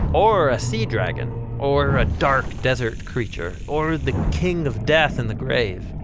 or a sea dragon, or a dark desert creature, or the king of death in the grave.